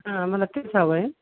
हां मला तेच हवं आहे